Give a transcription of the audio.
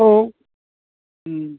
औ